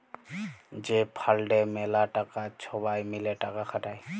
যে ফাল্ডে ম্যালা টাকা ছবাই মিলে টাকা খাটায়